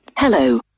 Hello